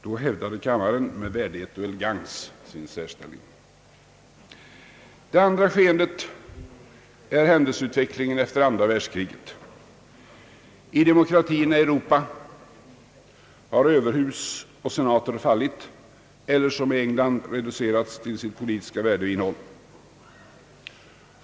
Då hävdade denna kammare med värdighet och elegans sin särställning. Det andra skeendet är händelseutvecklingen efter andra världskriget. I demokratierna i Europa har överhus och senater fallit eller, som i England, reducerats till sitt politiska värde och innehåll.